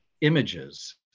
images